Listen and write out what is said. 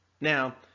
Now